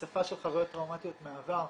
הצפה של חוויות טראומטיות מהעבר,